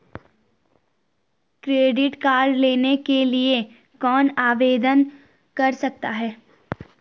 Credit card लेने के लिए कौन आवेदन कर सकता है?